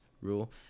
rule